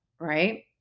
right